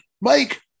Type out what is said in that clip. Mike